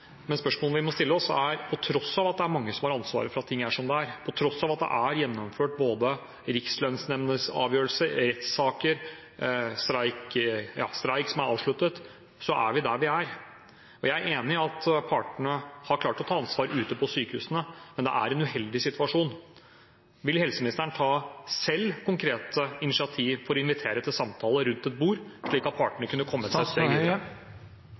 men på tross av at det er mange som har ansvaret for at ting er som de er, på tross av at det er gjennomført både rikslønnsnemndsavgjørelser, rettssaker og streik som er avsluttet, er vi der vi er. Jeg er enig i at partene har klart å ta ansvar ute på sykehusene, men dette er en uheldig situasjon. Vil helseministeren selv ta konkrete initiativer til samtaler rundt et bord, slik at partene kunne kommet et